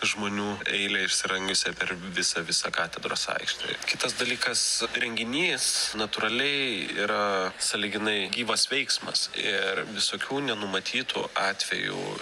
žmonių eilę išsirangiusią per visą visą katedros aikštę ir kitas dalykas renginys natūraliai yra sąlyginai gyvas veiksmas ir visokių nenumatytų atvejų